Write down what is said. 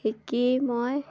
শিকি মই